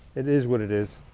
it is what it is.